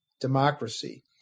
democracy